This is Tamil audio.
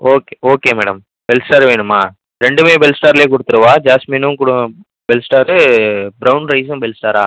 ஓகே ஓகே மேடம் பெல்ஸ்டார் வேணுமா ரெண்டுமே பெல்ஸ்டார்லே கொடுத்துடவா ஜாஸ்மினும் கூட பெல்ஸ்டாரு ப்ரௌன் ரைஸ்ஸும் பெல்ஸ்டாரா